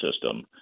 system